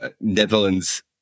Netherlands